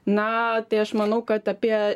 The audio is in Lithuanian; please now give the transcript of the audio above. na tai aš manau kad apie